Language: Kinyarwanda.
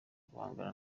guhangana